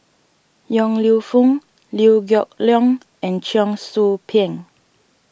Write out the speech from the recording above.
Yong Lew Foong Liew Geok Leong and Cheong Soo Pieng